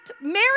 married